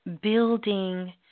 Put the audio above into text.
building